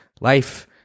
life